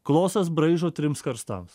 klosas braižo trims karstams